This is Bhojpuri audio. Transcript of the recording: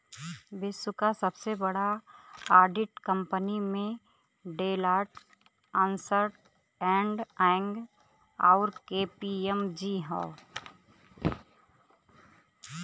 विश्व क सबसे बड़ा ऑडिट कंपनी में डेलॉयट, अन्सर्ट एंड यंग, आउर के.पी.एम.जी हौ